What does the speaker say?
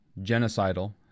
genocidal